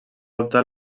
adoptar